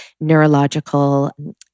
neurological